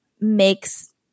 makes